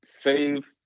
save